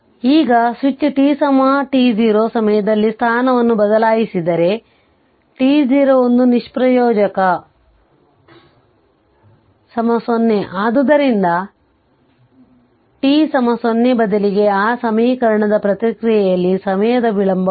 ಈಗ switch t t0 ಸಮಯದಲ್ಲಿ ಸ್ಥಾನವನ್ನು ಬದಲಾಯಿಸಿದರೆ t0 ಒಂದು ನಿಷ್ಪ್ರಯೋಜಕ 0 ಆದ್ದರಿಂದ t 0 ಬದಲಿಗೆ ಆ ಸಮೀಕರಣದ ಪ್ರತಿಕ್ರಿಯೆಯಲ್ಲಿ ಸಮಯದ ವಿಳಂಬವಿದೆ